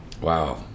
Wow